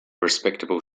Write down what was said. respectable